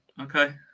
Okay